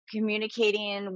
communicating